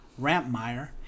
Rampmeyer